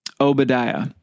Obadiah